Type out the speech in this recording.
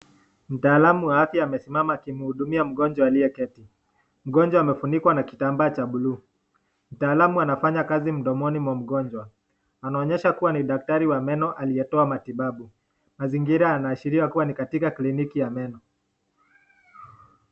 Mtaalamu wa afya amesimama aki hudumia mgonjwa aliye keti, mgonjwa amefunikwa na kitambaa cha buluu. Mtaalamu anafanya kazi mdomoni mwa mgonjwa, anaonyesha kua ni daktari wa meno aliyetoa matibabu. Mazingira yanoashiria ni katika kliniki ya meno.